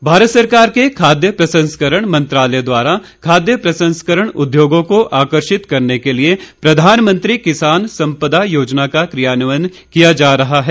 उद्योग विमाग भारत सरकार के खाद्य प्रसंस्करण मंत्रालय द्वारा खाद्य प्रसंस्करण उद्योगों को आकर्षित करने के लिए प्रधानमंत्री किसान सम्पदा योजना का क्रियान्वयन किया जा रहा है